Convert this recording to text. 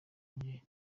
jye